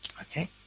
Okay